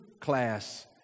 class